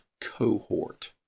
cohort